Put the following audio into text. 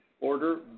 order